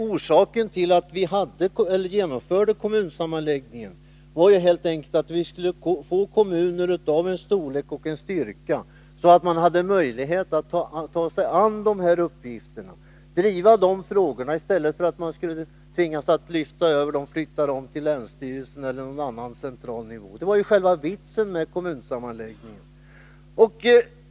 Orsaken till att vi genomförde kommunsammanläggningarna var helt enkelt att vi skulle få kommuner av en storlek och en styrka som gjorde det möjligt att ta sig an dessa uppgifter och driva dessa frågor i stället för att tvingas flytta över dem på länsstyrelserna eller något annat centralt organ. Det var själva vitsen men kommunsammanläggningen.